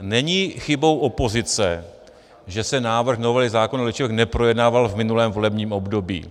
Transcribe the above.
Není chybou opozice, že se návrh novely zákona o léčivech neprojednával v minulém volebním období.